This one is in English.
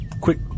quick